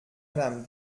mme